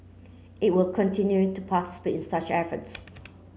it will continue to participate in such efforts